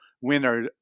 Winner